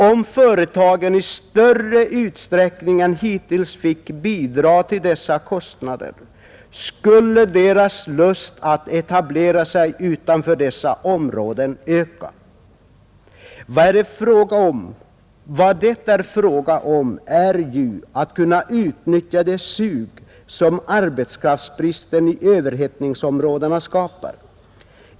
Om företagen i större utsträckning än hittills fick bidra till dessa kostnader skulle deras lust att etablera sig utanför dessa områden öka. Vad det är fråga om är ju att kunna utnyttja det ”sug” som arbetskraftsbristen i överhettningsområdena skapar.